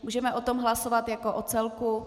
Můžeme o tom hlasovat jako o celku?